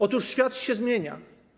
Otóż świat się zmienia.